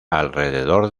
alrededor